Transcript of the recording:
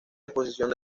disposición